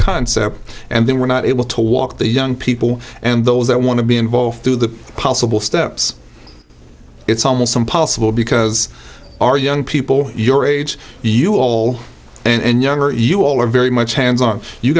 concept and then we're not able to walk the young people and those that want to be involved through the possible steps it's almost impossible because our young people your age you all and younger you all are very much hands on you